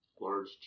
Large